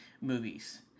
movies